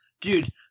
Dude